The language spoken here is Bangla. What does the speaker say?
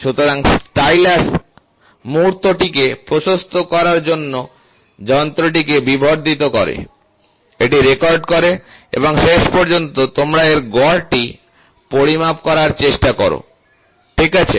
এবং স্টাইলাস মুহুর্তটিকে প্রশস্ত করার জন্য যন্ত্রটিকে বিবর্ধিত কর এবং এটি রেকর্ড কর এবং শেষ পর্যন্ত তোমরা এর গড়টি পরিমাপ করার চেষ্টা কর ঠিক আছে